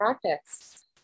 practice